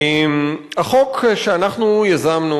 החוק שאנחנו יזמנו,